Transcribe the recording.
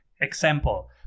example